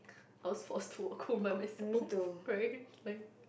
I was forced to walk home by myself right like